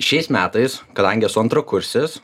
šiais metais kadangi esu antrakursis